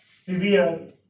severe